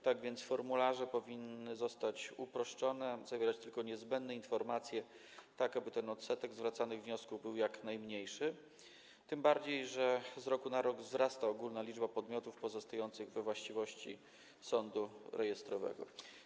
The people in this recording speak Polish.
Tak więc formularze powinny zostać uproszczone, zawierać tylko niezbędne informacje, aby ten odsetek zwracanych wniosków był jak najmniejszy, tym bardziej że z roku na rok wzrasta ogólna liczba podmiotów pozostających we właściwości sądu rejestrowego.